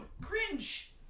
cringe